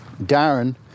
Darren